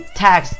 tax